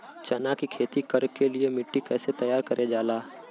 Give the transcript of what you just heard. चना की खेती कर के लिए मिट्टी कैसे तैयार करें जाला?